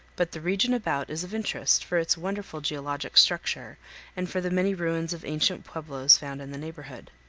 but the region about is of interest for its wonderful geologic structure and for the many ruins of ancient pueblos found in the neighborhood.